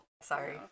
Sorry